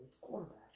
quarterback